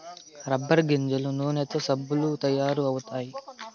rubber గింజల నూనెతో సబ్బులు తయారు అవుతాయి